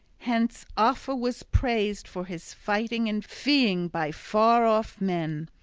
hence offa was praised for his fighting and feeing by far-off men,